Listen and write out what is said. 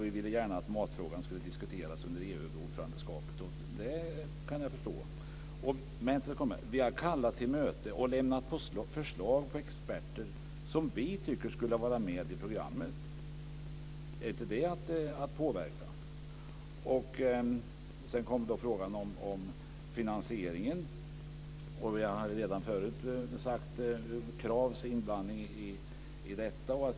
Vi ville gärna att matfrågan skulle diskuteras under EU-ordförandeskapet. Det kan jag förstå. Men sedan kommer det: Vi har kallat till möte och lämnat förslag på experter som vi tycker skulle vara med i programmet. Är inte det att påverka? Sedan kommer frågan om finansieringen. Vi har redan förut talat om Kravs inblandning i detta.